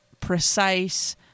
precise